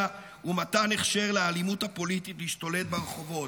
ומתן הכשר לאלימות הפוליטית להשתולל ברחובות,